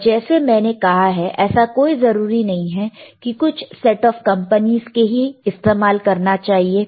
और जैसे मैंने कहा है ऐसा कोई जरूरी नहीं है कि कुछ सेट ऑफ कंपनीज के ही इस्तेमाल करना चाहिए